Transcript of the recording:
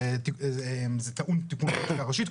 זה טעון תיקון חקיקה ראשית.